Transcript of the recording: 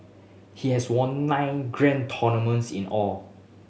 he has won nine grand tournaments in all